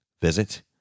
visit